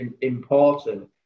important